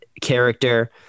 character